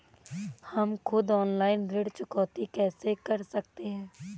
हम खुद ऑनलाइन ऋण चुकौती कैसे कर सकते हैं?